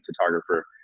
photographer